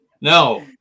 no